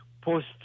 post